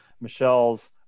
Michelle's